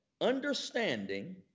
understanding